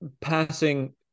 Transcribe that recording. passing